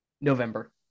November